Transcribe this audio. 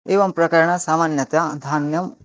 एवं प्रकारेण सामान्यतया धान्यम्